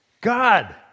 God